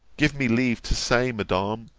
give me leave to say, madam,